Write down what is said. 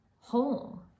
whole